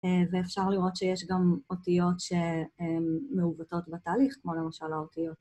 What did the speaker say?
ואפשר לראות שיש גם אותיות שמעוותות בתהליך, כמו למשל האותיות.